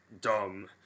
dumb